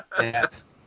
Yes